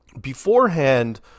beforehand